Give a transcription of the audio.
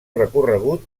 recorregut